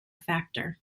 factor